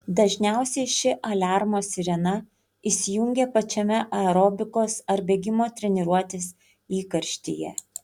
dažniausiai ši aliarmo sirena įsijungia pačiame aerobikos ar bėgimo treniruotės įkarštyje